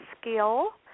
skill